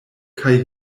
kaj